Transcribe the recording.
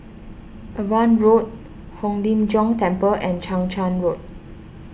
Avon Road Hong Lim Jiong Temple and Chang Charn Road